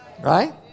right